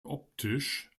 optisch